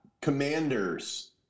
commanders